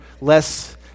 less